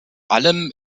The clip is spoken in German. allem